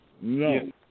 No